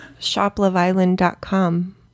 Shoploveisland.com